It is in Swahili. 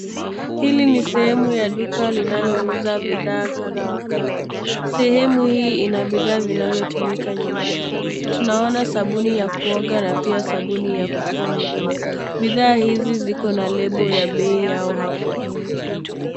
Hili ni sehemu ya duka linalouza bidhaa kadha wa kadha. Sehemu hii ina bidhaa vinavyotumika nyumbani, tunaona sabuni ya kuoga na pia sabuni ya kufua nguo. Bidhaa hizi zikona lebo ya bei yao hapo.